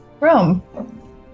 room